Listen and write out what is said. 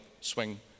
swing